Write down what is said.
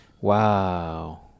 Wow